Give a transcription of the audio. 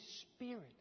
Spirit